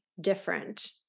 different